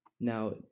Now